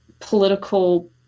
political